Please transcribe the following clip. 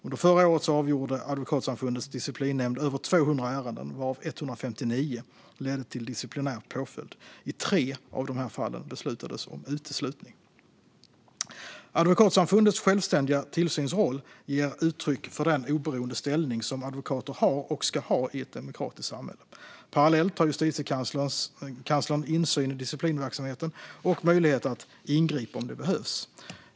Under förra året avgjorde Advokatsamfundets disciplinnämnd över 200 ärenden, varav 159 ledde till disciplinär påföljd. I tre av dessa fall beslutades om uteslutning. Advokatsamfundets självständiga tillsynsroll ger uttryck för den oberoende ställning som advokater har och ska ha i ett demokratiskt samhälle. Parallellt har Justitiekanslern insyn i disciplinverksamheten och möjlighet att ingripa om det behövs.